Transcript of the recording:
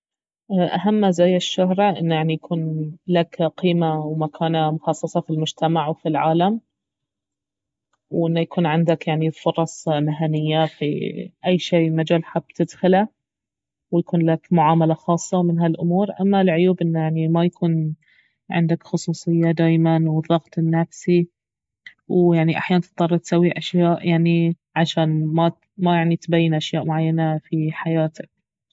اهم مزايا الشهرة انه يعني يكون لك قيمة ومكانة مخصصة في المجتمع وفي العالم وانه يكون عندك يعني فرص مهنية في أي شي مجال حاب تدخله ويكون لك معاملة خاصة ومن هالامور اما العيوب انه يعني ما يكون عندك خصوصية دايما والضغط النفسي ويعني احيانا تضطر تسوي أشياء يعني عشان ما ما يعني تبين اشياء معينة في حياتك